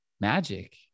Magic